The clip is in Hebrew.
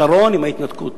שרון עם ההתנתקות.